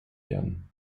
werden